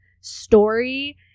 story